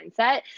mindset